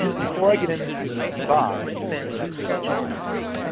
before i get into ebuy, which is the next gsa etool,